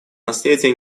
наследие